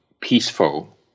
peaceful